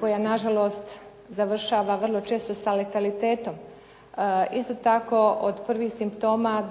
koja nažalost završava vrlo često sa letalitetom. Isto tako sa prvim simptomima